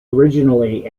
originally